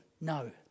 No